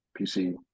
pc